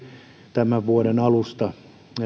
tämän vuoden alusta